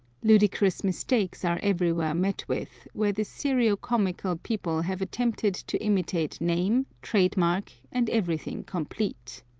ludicrous mistakes are everywhere met with, where this serio-comical people have attempted to imitate name, trade-mark, and everything complete.